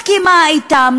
מסכימה אתם,